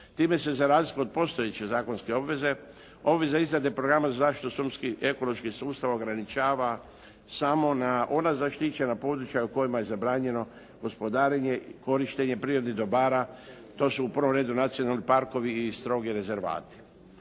se ne razumije./… postojeće zakonske obveze obveza izrade programa za zaštitu šumskih i ekoloških sustava ograničava samo na ona zaštićena područja u kojima je zabranjeno gospodarenje i korištenje prirodnih dobara. To su u prvom redu nacionalni parkovi i strogi rezervati.